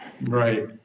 Right